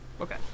Okay